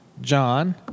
John